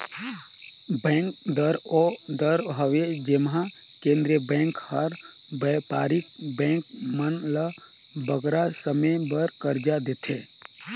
bank दर ओ दर हवे जेम्हां केंद्रीय बेंक हर बयपारिक बेंक मन ल बगरा समे बर करजा देथे